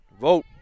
Vote